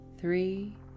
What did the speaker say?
three